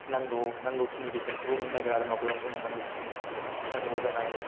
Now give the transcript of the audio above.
नांगौ नांगौखिनि बेसेनखौबो मोननो नागिरा आरो माब्लाबा समाव नांगौखिनि नांगौ जानाय